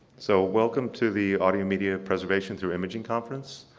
so, welcome to the audio media preservation through imaging conference.